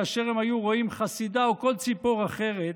כאשר הם היו רואים חסידה או כל ציפור אחרת,